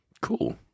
Cool